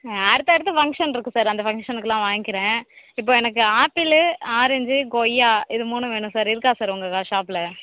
அடுத்து அடுத்து ஃபங்க்ஷன் இருக்கு சார் அந்த ஃபங்க்ஷனுக்கெல்லாம் வாங்கிக்குறேன் இப்போ எனக்கு ஆப்பிளு ஆரஞ்சு கொய்யா இது மூணும் வேணும் சார் இருக்கா சார் உங்கள் கா ஷாப்பில்